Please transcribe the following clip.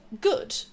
good